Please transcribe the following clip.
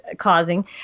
causing